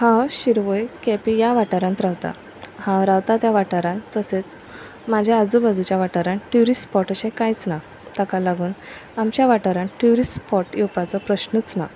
हांव शिरवय केपें ह्या वाठारांत रावतां हांव रावता त्या वाठारांत तशेंच म्हाज्या आजूबाजूच्या वाठारांत ट्युरिस्ट स्पॉट अशें कांयच ना ताका लागून आमच्या वाठारांत ट्युरिस्ट स्पॉट येवपाचो प्रश्नच ना